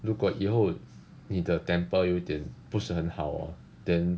如果以后妳的 temper 有点不是很好哦 then